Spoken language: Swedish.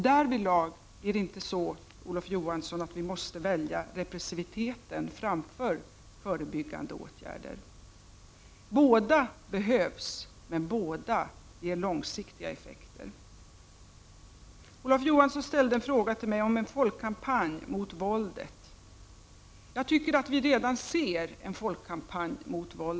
Därvidlag är det inte så, Olof Johansson, att vi måste välja repressiviteten framför de förebyggande åtgärderna. Båda behövs, men båda ger långsiktiga effekter. Olof Johansson ställde en fråga till mig om en folkkampanj mot våldet. Jag tycker att vi redan ser en sådan.